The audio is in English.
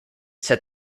set